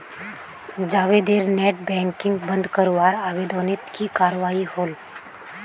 जावेदेर net banking बंद करवार आवेदनोत की कार्यवाही होल?